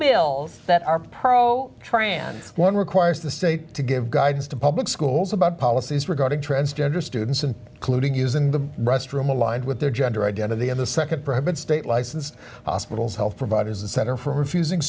bill that are pro trans one requires the state to give guidance to public schools about policies regarding transgender students and colluding use in the restroom aligned with their gender identity of the nd private state licensed hospitals health providers a center for refusing